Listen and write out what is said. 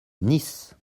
nice